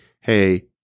hey